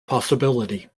possibility